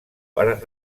per